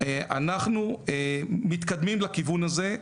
אנחנו מתקדמים לכיוון הזה,